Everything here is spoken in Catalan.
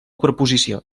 preposició